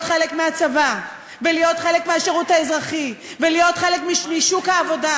חלק מהצבא ולהיות חלק מהשירות האזרחי ולהיות חלק משוק העבודה.